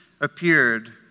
appeared